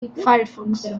firefox